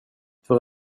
för